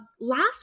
Last